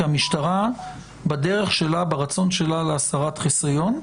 כי המשטרה ברצון שלה להסרת חיסיון,